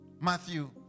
Matthew